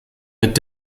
mit